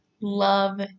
Love